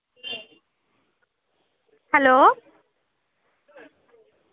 hello